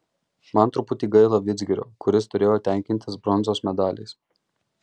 man truputį gaila vidzgirio kuris turėjo tenkintis bronzos medaliais